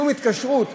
שום התקשרות,